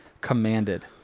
commanded